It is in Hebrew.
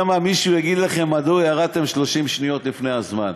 שמא מישהו יגיד לכם מדוע ירדתם 30 שניות לפני הזמן.